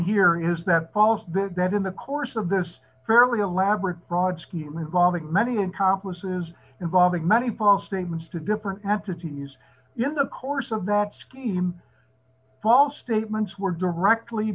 did that in the course of this fairly elaborate broad scheme involving many accomplices involving many false statements to different entities in the course of that scheme false statements were directly